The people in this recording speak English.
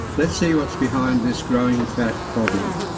let's see what's behind this growing fat problem.